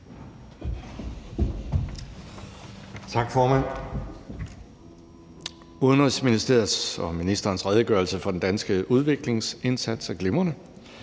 Tak, formand. Udenrigsministeriets og ministerens redegørelse for den danske udviklingsindsats er glimrende.